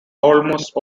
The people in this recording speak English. almost